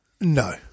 No